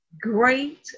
Great